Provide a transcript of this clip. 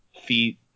feet